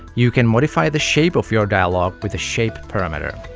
you can modify the shape of your dialog with a shape parameter.